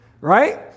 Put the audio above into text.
right